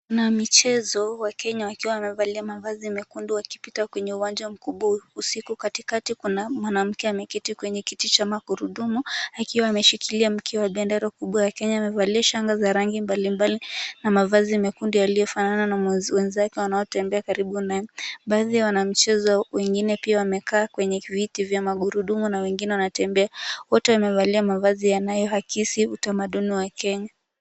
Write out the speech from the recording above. Wanamichezo wa Kenya wakiwa wamevalia mavazi mekundu wakipita kwenye uwanja mkubwa usiku. Katikati kuna mwanamke ameketi kwenye kiti cha magurudumu akiwa ameshikilia mkia wa bendera mkubwa wa Kenya. Amevalia shanga za rangi mbalimbali na mavazi mekundu yaliyo fanana na wenzake wanaotembea karibu naye. Baadhi ya wanamichezo wengine pia wamekaa kwenye viti vya magurudumu na wengine wanatembea. Wote wamevalia mavazi yanayoakisi utamaduni wa Kenya.